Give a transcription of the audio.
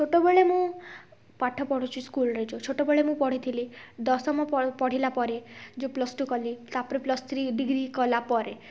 ଛୋଟବେଳେ ମୁଁ ପାଠ ପଢ଼ୁଛି ସ୍କୁଲ୍ରେ ଯୋଉ ଛୋଟବେଳେ ମୁଁ ପଢ଼ିଥିଲି ଦଶମ ପଢ଼ିଲା ପରେ ଯୋଉ ପ୍ଲସ୍ ଟୁ କଲି ତା'ପରେ ପ୍ଲସ୍ ଥ୍ରୀ ଡିଗ୍ରୀ କଲା ପରେ